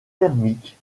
thermique